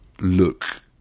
look